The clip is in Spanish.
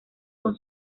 con